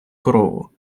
корову